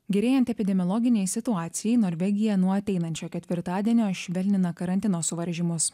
gerėjant epidemiologinei situacijai norvegija nuo ateinančio ketvirtadienio švelnina karantino suvaržymus